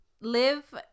Live